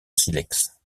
silex